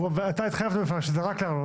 ואתה התחייבת לפניו שזה רק לצורך הארנונה,